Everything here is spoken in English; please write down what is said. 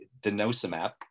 denosumab